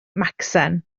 macsen